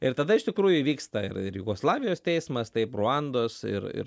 ir tada iš tikrųjų įvyksta ir ir jugoslavijos teismas taip ruandos ir ir